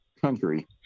country